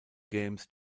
games